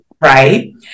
Right